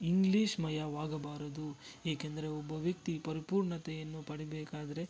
ಇಂಗ್ಲೀಷ್ಮಯವಾಗಬಾರದು ಏಕೆಂದರೆ ಒಬ್ಬ ವ್ಯಕ್ತಿ ಪರಿಪೂರ್ಣತೆಯನ್ನು ಪಡೀಬೇಕಾದ್ರೆ